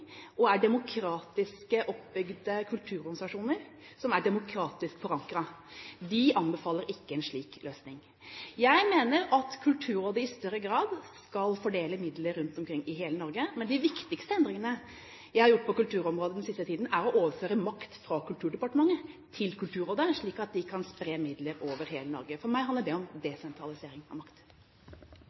oppbygde kulturorganisasjoner som er demokratisk forankret. De anbefaler ikke en slik løsning. Jeg mener at Kulturrådet i større grad skal fordele midler rundt omkring i hele Norge. Men de viktigste endringene vi har gjort på kulturområdet den siste tiden, er å overføre makt fra Kulturdepartementet til Kulturrådet, slik at de kan spre midler over hele Norge. For meg handler det om desentralisering av makt.